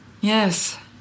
Yes